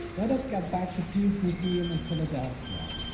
let us get back to periods museum and philadelphia,